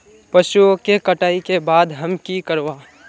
पशुओं के कटाई के बाद हम की करवा?